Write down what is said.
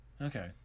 Okay